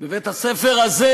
בבית-הספר הזה